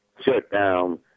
shutdown